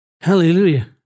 Hallelujah